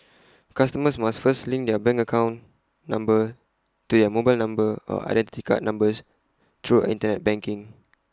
customers must first link their bank account number to their mobile number or Identity Card numbers through Internet banking